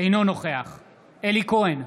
אינו נוכח אלי כהן,